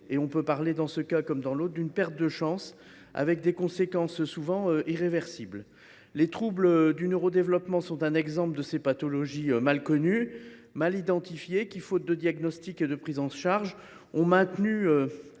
on peut parler d’une perte de chance dont les conséquences sont souvent irréversibles. Les troubles du neurodéveloppement sont un bel exemple de ces pathologies mal connues et mal identifiées, qui, faute de diagnostic et de prise en charge, ont maintenu